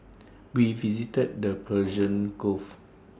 we visited the Persian gulf